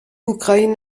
ukraine